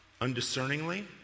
undiscerningly